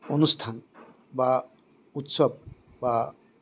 অনুষ্ঠান বা উৎসৱ বা